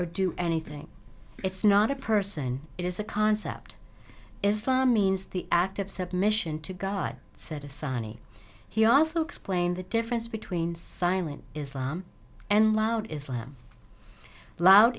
or do anything it's not a person it is a concept islam means the act of submission to god said assignee he also explained the difference between silent islam and loud islam loud